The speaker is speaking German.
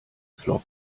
flop